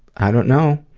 i don't know,